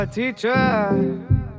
Teacher